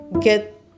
get